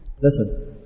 listen